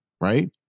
right